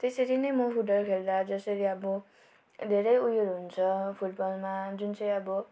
त्यसरी नै म फुटबल खोल्दा जसरी अब धेरै उयो हुन्छ फुटबलमा जुन चाहिँ अब